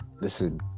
Listen